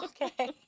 Okay